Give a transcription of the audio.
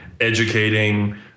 educating